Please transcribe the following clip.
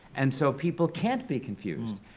and so people can't be confused.